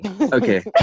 Okay